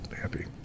happy